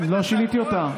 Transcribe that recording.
לא שיניתי אותה.